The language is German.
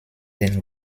den